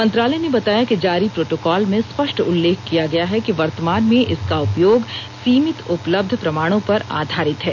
मंत्रालय ने बताया कि जारी प्रोटोकाल में स्पष्ट उल्लेख किया गया है कि वर्तमान में इसका उपयोग सीमित उपलब्ध प्रमाणों पर आधारित है